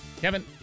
Kevin